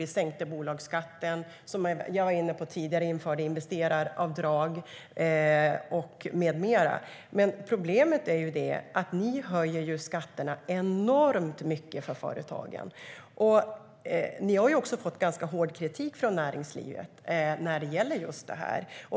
Man sänkte bolagsskatten och, vilket jag var inne på tidigare, införde investeraravdrag med mera. Problemet är att ni höjer skatterna enormt mycket för företagen. Ni har också fått ganska hård kritik från näringslivet för det.